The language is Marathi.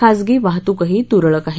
खाजगी वाहतूकही तूरळक आहे